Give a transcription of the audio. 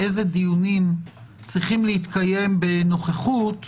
אילו דיונים צרכים להתקיים בנוכחות,